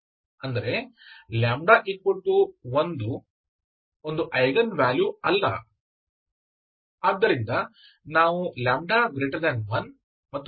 ಅಂದರೆ λ1 ಒಂದು eigenvalue ಅಲ್ಲ